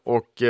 Och